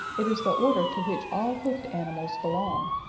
it is the order to which all hoofed animals belong.